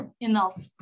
enough